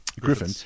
Griffin